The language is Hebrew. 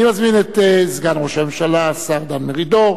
אני מזמין את סגן ראש הממשלה, השר דן מרידור,